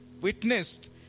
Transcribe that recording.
witnessed